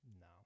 No